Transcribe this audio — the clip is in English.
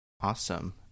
Awesome